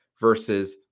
versus